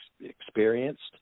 experienced